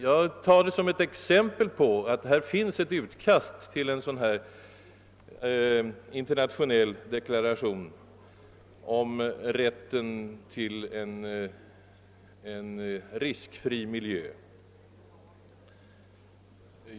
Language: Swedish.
Jag har emellertid refererat till ett exempel på ett utkast till en internationell deklaration om en allmän rätt för människor till en riskfri miljö.